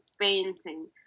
painting